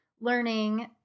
learning